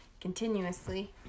continuously